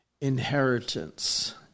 inheritance